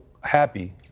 happy